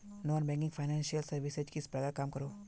Non banking financial services किस प्रकार काम करोहो?